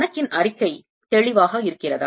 கணக்கின் அறிக்கை தெளிவாக இருக்கிறதா